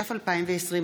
התש"ף 2020,